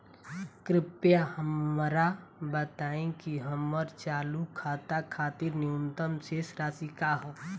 कृपया हमरा बताइं कि हमर चालू खाता खातिर न्यूनतम शेष राशि का ह